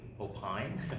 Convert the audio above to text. opine